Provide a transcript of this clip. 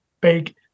big